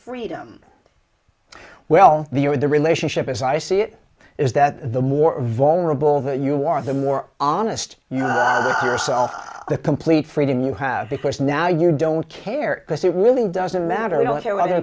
freedom well the are the relationship as i see it is that the more vulnerable that you are the more honest a complete freedom you have because now you don't care because it really doesn't matter we don't care